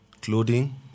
Clothing